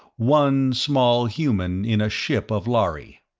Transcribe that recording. one small human in a ship of lhari.